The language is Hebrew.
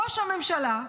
ראש הממשלה,